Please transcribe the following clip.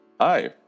Hi